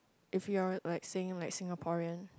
if you are like saying like Singaporean